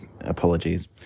apologies